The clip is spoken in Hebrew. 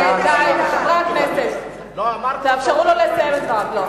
חברי הכנסת, תאפשרו לו לסיים את דבריו.